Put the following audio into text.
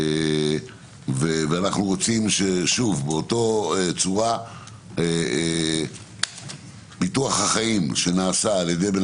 ואנחנו רוצים באותה צורה שביטוח החיים שנעשה על ידי בן